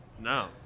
No